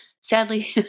sadly